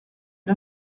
une